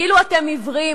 כאילו אתם עיוורים,